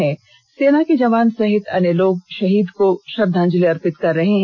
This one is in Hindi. वहां सेना के जवान सहित अन्य लोग शहीद को श्रद्वांजलि अर्पित कर रहे हैं